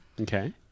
Okay